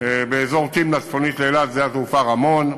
באזור תמנע, צפונית לאילת, שדה התעופה רמון,